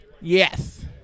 Yes